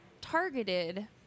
targeted